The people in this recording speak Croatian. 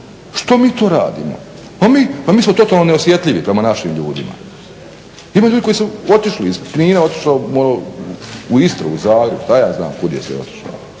Što mi to radimo? A mi, mi smo totalno neosjetljivi prema našim ljudima. Ima ljudi koji su otišli iz Knina, otišao u Istru, u Zagreb, šta ja znam kud je sve otišao.